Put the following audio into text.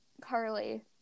Carly